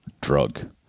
drug